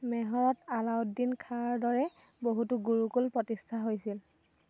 মেহৰত আলাউদ্দিন খাঁৰ দৰে বহুতো গুৰুকুল প্ৰতিষ্ঠা হৈছিল